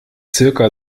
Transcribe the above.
zirka